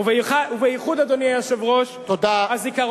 תודה.